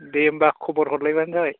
दे होमबा खबर हरलायबानो जाबाय